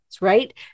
right